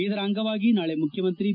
ಇದರ ಅಂಗವಾಗಿ ನಾಳಿ ಮುಖ್ಯಮಂತ್ರಿ ಬಿ